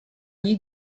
you